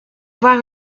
voir